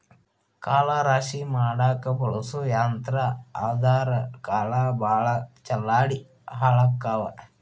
ಕಾಳ ರಾಶಿ ಮಾಡಾಕ ಬಳಸು ಯಂತ್ರಾ ಆದರಾ ಕಾಳ ಭಾಳ ಚಲ್ಲಾಡಿ ಹಾಳಕ್ಕಾವ